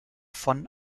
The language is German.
von